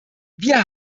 wir